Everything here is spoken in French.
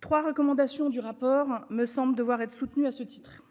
3 recommandations du rapport me semble devoir être soutenue à ce titre.